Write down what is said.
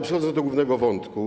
Przechodzę do głównego wątku.